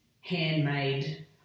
handmade